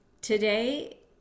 today